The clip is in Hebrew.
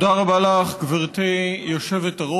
תודה רבה לך, גברתי היושבת-ראש.